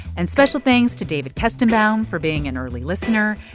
and special thanks to david kestenbaum for being an early listener,